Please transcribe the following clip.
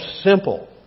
simple